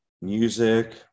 music